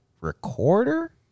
recorder